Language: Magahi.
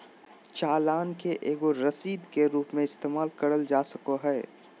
चालान के एगो रसीद के रूप मे इस्तेमाल करल जा सको हय